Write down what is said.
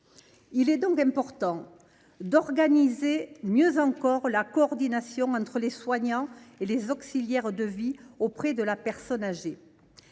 Il est donc nécessaire d’organiser mieux encore la coordination entre les soignants et les auxiliaires de vie auprès des personnes âgées.